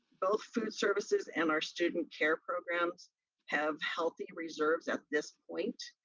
both food services and our student care programs have healthy reserves at this point.